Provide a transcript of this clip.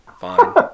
Fine